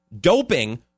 Doping